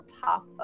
top